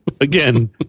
again